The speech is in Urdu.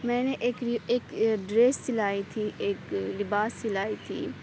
میں نے ایک ایک ڈریس سلائی تھی ایک لباس سلائی تھی